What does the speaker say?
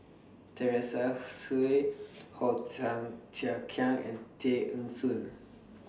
Teresa Hsu Way Hor Thia Thia Khiang and Tay Eng Soon